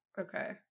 Okay